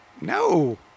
No